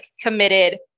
committed